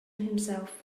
himself